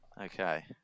Okay